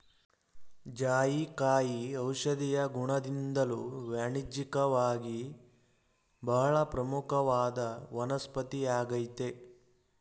ಜಾಯಿಕಾಯಿ ಔಷಧೀಯ ಗುಣದಿಂದ್ದಲೂ ವಾಣಿಜ್ಯಿಕವಾಗಿ ಬಹಳ ಪ್ರಮುಖವಾದ ವನಸ್ಪತಿಯಾಗಯ್ತೆ